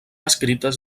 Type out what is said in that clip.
escrites